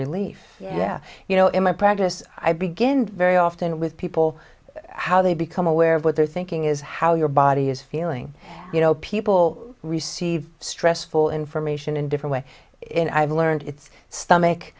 relief yeah you know in my practice i begin very often with people how they become aware of what their thinking is how your body is feeling you know people receive stressful information in different way in i've learned it's stomach